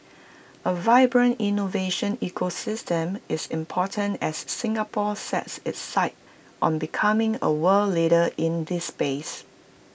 A vibrant innovation ecosystem is important as Singapore sets its sights on becoming A world leader in this space